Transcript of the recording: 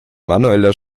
manueller